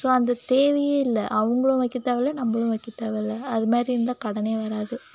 so அந்த தேவையே இல்லை அவங்களும் வைக்க தேவை இல்லை நம்பளும் வைக்க தேவை இல்லை அது மாதிரி இருந்தால் கடனே வராது